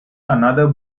another